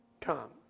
Come